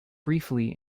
briefly